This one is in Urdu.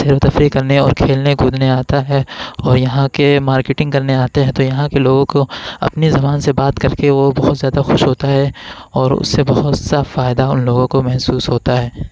سیر و تفریح کرنے اور کھیلنے کودنے آتا ہے اور یہاں کے مارکیٹنگ کرنے آتے ہیں تو یہاں کے لوگوں کو اپنی زبان سے بات کر کے وہ بہت زیادہ خوش ہوتا ہے اور اس سے بہت سا فائدہ ان لوگوں کو محسوس ہوتا ہے